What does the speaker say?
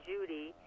Judy